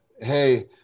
Hey